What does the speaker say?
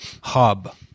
hub